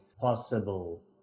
possible